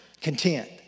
Content